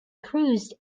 cruised